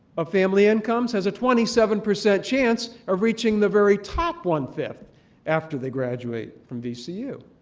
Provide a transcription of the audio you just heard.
of family incomes has a twenty seven percent chance or reaching the very top one-fifth after they graduate from vcu,